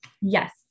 yes